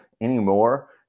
anymore